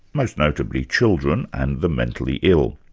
most notably children and the mentally ill.